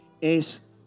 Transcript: es